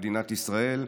במדינת ישראל.